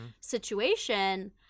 situation